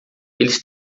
eles